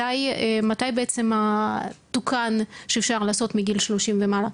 מתי בעצם תוקן שאפשר לעשות מגיל 30 ומעלה?